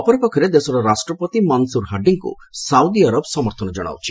ଅପରପକ୍ଷରେ ଦେଶର ରାଷ୍ଟ୍ରପତି ମନସୁର ହାଡ୍ଡିଙ୍କୁ ସାଉଦି ଆରବ ସମର୍ଥନ ଜଣାଉଛି